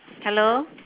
hello